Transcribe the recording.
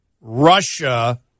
Russia